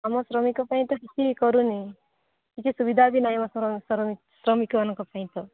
ଆମର ଶ୍ରମିକ ପାଇଁ ତ କିଛି କରୁନି କିଛି ସୁବିଧା ବି ନାହିଁ ଆମ ଶ୍ରମିକମାନଙ୍କ ପାଇଁ ତ